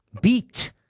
Beat